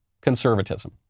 conservatism